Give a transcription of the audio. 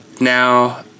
Now